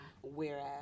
whereas